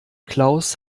klaus